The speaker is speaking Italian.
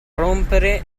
rompere